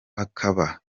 bakaba